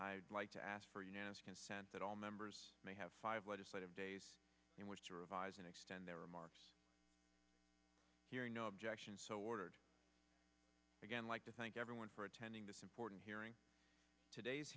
i'd like to ask for unanimous consent that all members may have five legislative days in which to revise and extend their remarks no objection so ordered again like to thank everyone for attending this important hearing today's